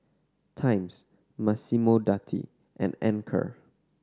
Times Massimo Dutti and Anchor